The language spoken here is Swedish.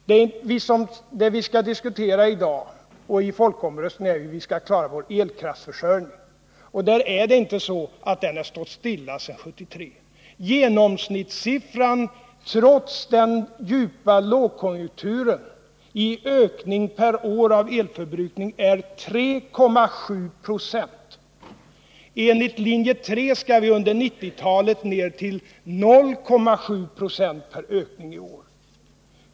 Det som vi skall diskutera i dag och i folkomröstningen är ju hur Sverige skall klara sin elkraftförsörjning, och det är inte så att den har varit oförändrad sedan år 1973. Genomsnittssiffran för ökningen per år av elförbrukningen har, trots den djupa lågkonjunkturen, varit 3,7 9o. Enligt linje 3 skall vi under 1990-talet komma ned till 0,7 90 i ökning per år.